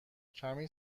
کمی